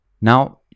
Now